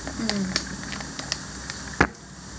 mm